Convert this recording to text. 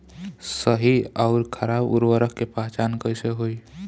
सही अउर खराब उर्बरक के पहचान कैसे होई?